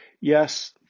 Yes